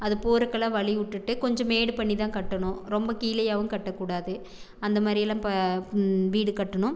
அது போறக்கெலாம் வழி விட்டுட்டு கொஞ்சம் மேடு பண்ணி தான் கட்டணும் ரொம்ப கீழேயாவும் கட்டக் கூடாது அந்த மாதிரி எல்லாம் வீடு கட்டணும்